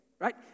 Right